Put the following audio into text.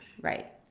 Right